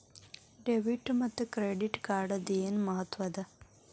Debit ಮತ್ತ credit ಕಾರ್ಡದ್ ಏನ್ ಮಹತ್ವ ಅದ?